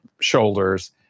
shoulders